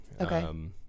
Okay